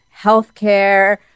healthcare